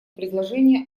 предложение